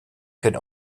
could